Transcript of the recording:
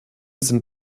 sind